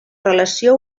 relació